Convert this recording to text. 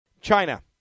China